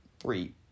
Three